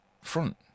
front